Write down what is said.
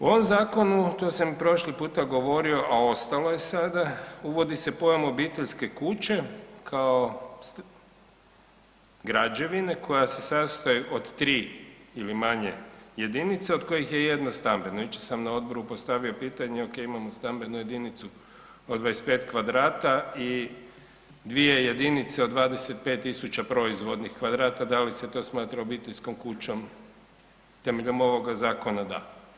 U ovom Zakonu to sam i prošli puta govorio, a ostalo je sada, uvodi se pojam obiteljske kuće kao građevine koja se sastoji od tri ili manje jedinica od kojih je jedna stambena, jučer sam na Odboru postavio pitanje ok, imamo stambenu jedinicu od 25 kvadrata i dvije jedinice od 25.000 proizvodnih kvadrata, da li se to smatra obiteljskom kućom?, temeljem ovoga Zakona da.